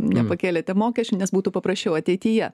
nepakėlėte mokesčių nes būtų paprasčiau ateityje